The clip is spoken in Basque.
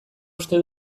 uste